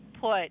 put